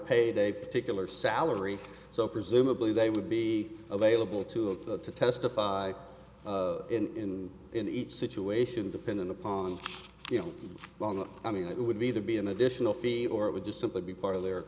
a particular salary so presumably they would be available to him to testify in in each situation depending upon you know i mean it would be the be an additional fee or it would just simply be part of their